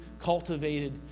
cultivated